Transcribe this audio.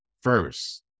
first